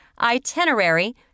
itinerary